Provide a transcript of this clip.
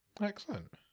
Excellent